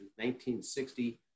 1960